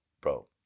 Bro